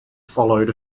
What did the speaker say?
followed